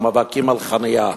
או במאבקים על חנייה.